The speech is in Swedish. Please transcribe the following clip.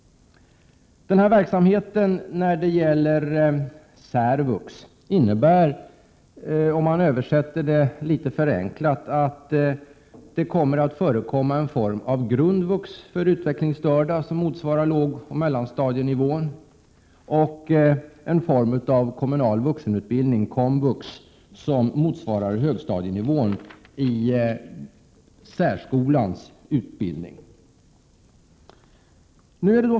Särvux innebär, om man översätter det litet förenklat, en form av grundvux för utvecklingsstörda som motsvarar lågoch mellanstadienivån och en form av kommunal vuxenutbildning, komvux, som motsvarar högstadienivå i särskolans utbildning.